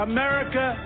America